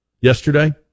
yesterday